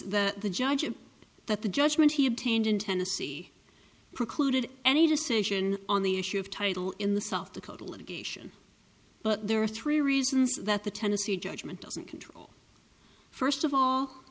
that the judges that the judgment he obtained in tennessee precluded any decision on the issue of title in the south dakota litigation but there are three reasons that the tennessee judgment doesn't control first of all